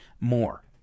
more